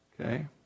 Okay